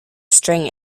string